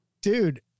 Dude